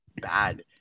bad